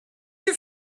your